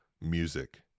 music